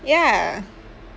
ya